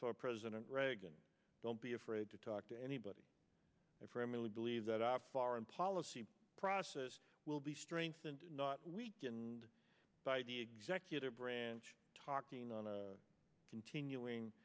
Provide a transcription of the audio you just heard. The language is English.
for president reagan don't be afraid to talk to anybody for him really believe that op foreign policy process will be strengthened not weakened by the executive branch talking on a continuing